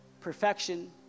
perfection